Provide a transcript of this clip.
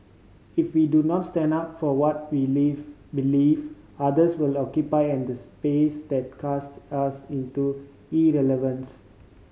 if we do not stand up for what we leaf believe others will occupy and space that cast us into irrelevance